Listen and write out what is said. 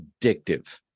addictive